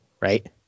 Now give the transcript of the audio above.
right